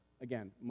again